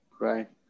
right